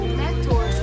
mentors